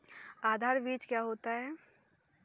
आधार बीज क्या होता है?